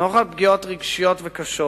נוכח פגיעות רגשיות וקשות,